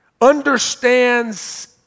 understands